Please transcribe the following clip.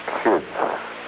kids